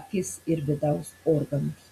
akis ir vidaus organus